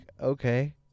okay